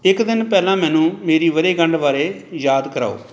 ਇੱਕ ਦਿਨ ਪਹਿਲਾਂ ਮੈਨੂੰ ਮੇਰੀ ਵਰ੍ਹੇਗੰਢ ਬਾਰੇ ਯਾਦ ਕਰਵਾਓ